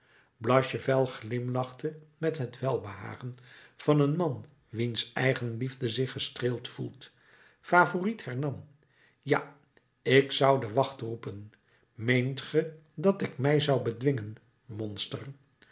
blachevelle glimlachte met het welbehagen van een man wiens eigenliefde zich gestreeld voelt favourite hernam ja ik zou de wacht roepen meent ge dat ik mij zou bedwingen monster